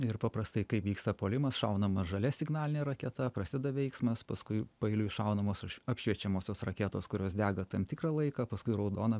ir paprastai kai vyksta puolimas šaunama žalia signalinė raketa prasideda veiksmas paskui paeiliui iššaunamos apšviečiamosios raketos kurios dega tam tikrą laiką paskui raudona